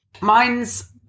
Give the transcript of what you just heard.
Mine's